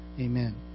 Amen